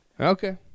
okay